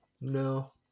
No